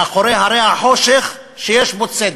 מאחורי הרי החושך, שיש בו צדק,